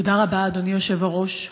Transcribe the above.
תודה רבה, אדוני היושב-ראש.